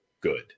good